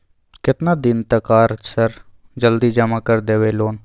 केतना दिन तक आर सर जल्दी जमा कर देबै लोन?